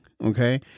okay